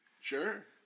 Sure